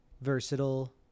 versatile